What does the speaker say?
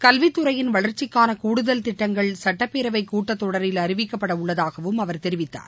கல்வித்துறையின் வளர்ச்சிக்கானகூடுதல் திட்டங்கள் சுட்டப்பேரவைக் கூட்டத்தொடரில் அறிவிக்கப்படஉள்ளதாகவும் அவர் தெரிவித்தார்